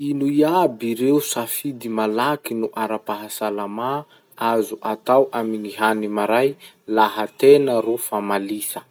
Ino iaby ireo safidy malaky noho ara-pahasalama afaky atao amin'ny hany maray laha ii fa malisa igny?